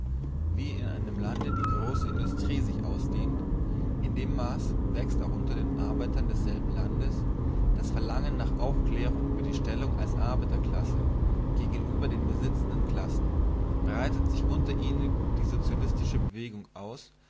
wie in einem lande die große industrie sich ausdehnt in dem maß wächst auch unter den arbeitern desselben landes das verlangen nach aufklärung über die stellung als arbeiterklasse gegenüber den besitzenden klassen breitet sich unter ihnen die sozialistische bewegung aus